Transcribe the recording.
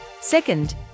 Second